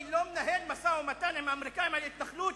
אני לא מנהל משא-ומתן עם האמריקנים על התנחלות,